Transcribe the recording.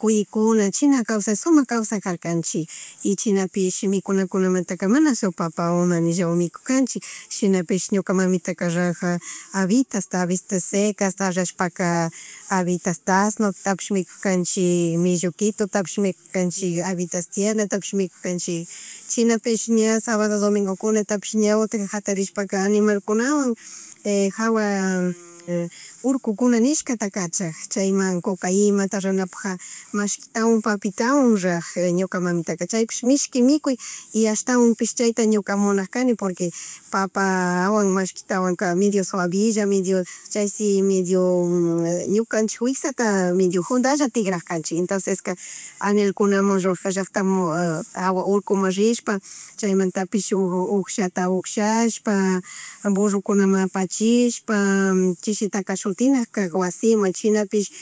cuyikuna chinakawsak, sumak kawsak karkanchik y chinapish mikunamintaka mana sopa mikujanchik shinapish ñuka mamitaka raja, habitas, habitas secasta rushpaka habitastas tashno mikujanchik, millokitutapish mikujanchik habitas tiernastapish mikujanchik chinapish ña sabado, domingo kunatapish ña utka jatarishpaka animalkunawan jawa urkukunanishkata kachag chayman kukawita runapakja mashkitawan, paitawan raja ñuka mamitaka chaypish mishki mikuy y ashtawanpish chayta ñuka munajarkani porque papawan, mashkitawan ka medio ssuavilla chay si medio ñukanchik witsata medio jundalla tigragcanchik entonces ka animalkuna mun llacktamun jawan urkuman rishpa chaymantapish shuk ugshata ugshallshpa burrokunamun apachishpa chishitaka shutika kag wasiman chinapish